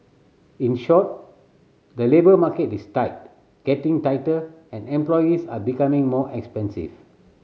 in short the labour market is tight getting tighter and employees are becoming more expensive